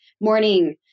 Morning